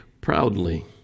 proudly